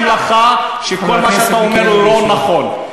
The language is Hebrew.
לך שכל מה שאתה אומר הוא לא נכון.